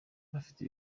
bafite